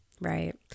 Right